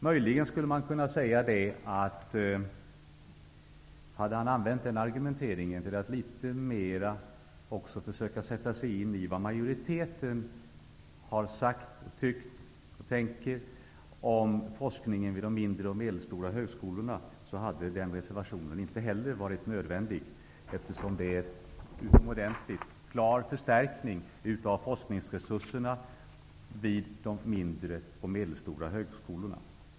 Möjligen skulle man kunna säga, att om han hade använt den argumenteringen för att litet mera försöka sätta sig in i vad majoriteten har sagt, tyckt och tänker om forskningen vid de mindre och medelstora högskolorna, hade reservationen inte varit nödvändig. Det innebär en utomordentlig förstärkning av forskningsresurserna vid de mindre och medelstora högskolorna.